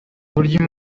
buryo